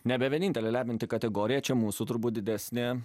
nebe vienintelė lemianti kategorija čia mūsų turbūt didesnė